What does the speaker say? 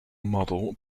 model